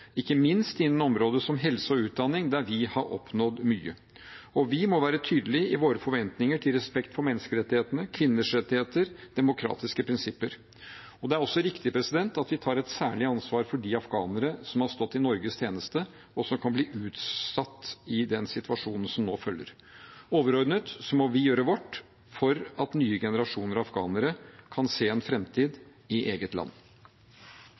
ikke minst innen områder som helse og utdanning, der vi har oppnådd mye. Og vi må være tydelige i våre forventninger til respekt for menneskerettighetene, kvinners rettigheter og demokratiske prinsipper. Det er også riktig at vi tar et særlig ansvar for de afghanere som har stått i Norges tjeneste, og som kan bli utsatt i den situasjonen som nå følger. Overordnet må vi gjøre vårt for at nye generasjoner afghanere kan se en framtid i eget land.